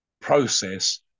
process